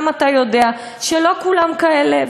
גם אתה יודע שלא כולם כאלה,